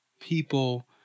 people